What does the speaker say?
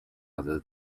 other